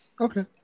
Okay